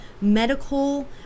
medical